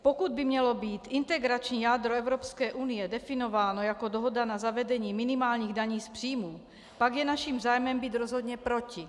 Pokud by mělo být integrační jádro Evropské unie definováno jako dohoda na zavedení minimálních daní z příjmů, pak je naším zájmem být rozhodně proti.